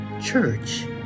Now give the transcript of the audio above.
church